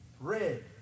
red